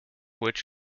which